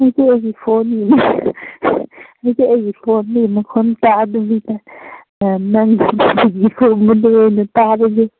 ꯉꯁꯤ ꯑꯩꯒꯤ ꯐꯣꯟꯗꯨ ꯉꯁꯤ ꯑꯩꯒꯤ ꯐꯣꯟꯗꯨ ꯃꯈꯣꯟ ꯇꯥꯗꯕꯤꯗ ꯑꯥ ꯅꯪ ꯇꯥꯔꯦꯍꯦ